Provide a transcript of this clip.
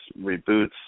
reboots